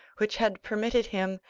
which had permitted him,